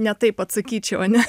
ne taip atsakyčiau ane